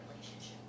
relationship